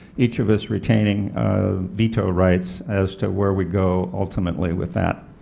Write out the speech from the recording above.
each of us retaining veto rights as to where we go ultimately with that.